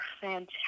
fantastic